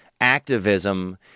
activism